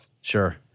Sure